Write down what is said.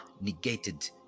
negated